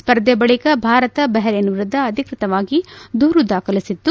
ಸ್ಪರ್ಧೆ ಬಳಿಕ ಭಾರತ ಬಹ್ರೇನ್ ವಿರುದ್ದ ಭಾರತ ಅಧಿಕೃತವಾಗಿ ದೂರು ದಾಖಲಿಸಿತ್ತು